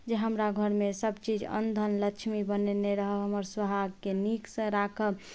जे हमरा घर मे सबचीज अनधन लक्ष्मी बनने रहब हमर सुहाग के नीक सँ राखब